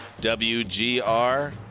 WGR